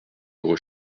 gros